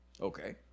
Okay